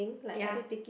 ya